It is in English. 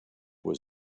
was